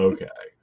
Okay